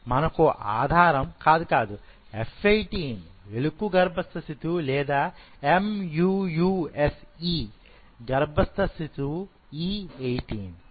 మనకు ఆధారం కాదు కాదు F18 ఎలుక గర్భస్థ శిశువు లేదా MUUSE M U U S E గర్భస్థ శిశువు E 18